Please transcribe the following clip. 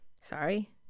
sorry